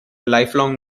lifelong